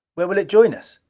where will it join us?